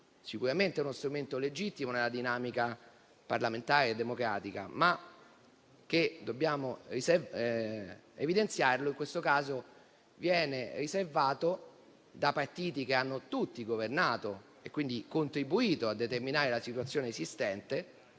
sicuramente di uno strumento legittimo della dinamica parlamentare e democratica, ma dobbiamo evidenziare che in questo caso viene utilizzato da partiti che hanno tutti governato e quindi contribuito a determinare la situazione esistente,